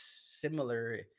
similar